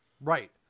Right